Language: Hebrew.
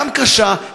גם קשה,